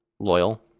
Loyal